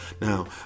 Now